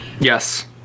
Yes